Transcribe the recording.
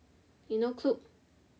you know Klook